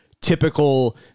typical